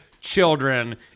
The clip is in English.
children